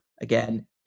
again